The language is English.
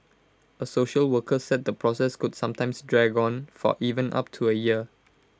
A social worker said the process could sometimes drag on for even up to A year